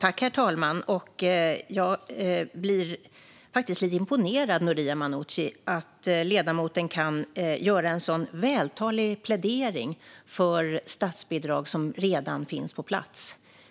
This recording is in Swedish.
Herr talman! Jag blir faktiskt lite imponerad av att ledamoten Noria Manouchi kan göra en sådan vältalig plädering för statsbidrag som redan finns på plats.